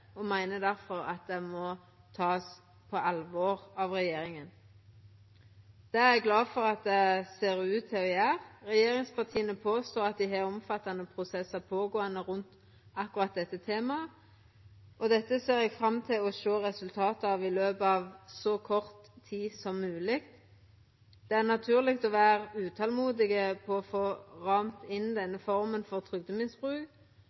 og me meiner difor at det må tas på alvor av regjeringa. Det er eg glad for at det ser ut til at dei gjer. Regjeringspartia påstår at dei har omfattande prosessar gåande rundt akkurat dette temaet. Eg ser fram til å sjå resultatet av dette i løpet av så kort tid som mogleg. Det er naturleg å vera utålmodig etter å få ramma inn